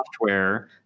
software